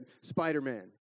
Spider-Man